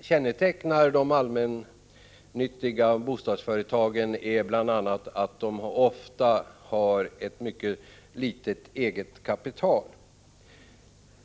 kännetecknar de allmännyttiga bokstadsföretagen är bl.a. att de ofta har ett mycket litet eget kapital.